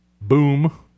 boom